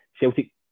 Celtic